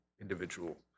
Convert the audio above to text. individual